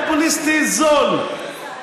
עוד ניסיון פופוליסטי זול.